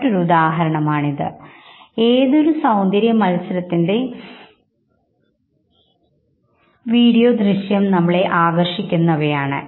മറ്റൊരു ഉദാഹരണമാണ് ആണ്